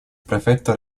prefetto